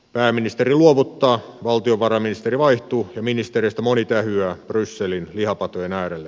pääministeri luovuttaa valtiovarainministeri vaihtuu ja ministereistä moni tähyää brysselin lihapatojen äärelle